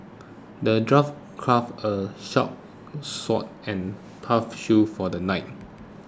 the dwarf crafted a sharp sword and tough shield for the knight